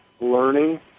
learning